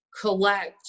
collect